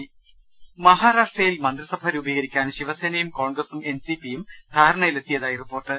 ് മഹാരാഷ്ട്രയിൽ മന്ത്രിസഭ രൂപീകരിക്കാൻ ശിവസേനയും കോൺഗ്രസും എൻ സി പിയും ധാരണയിലെത്തിയതായി റിപ്പോർട്ട്